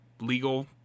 legal